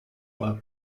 were